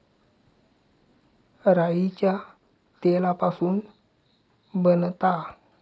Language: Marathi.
राईच्या तेलापासून बनता